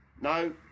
no